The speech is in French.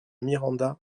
miranda